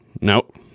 Nope